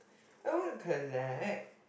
I want to connect